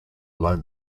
alone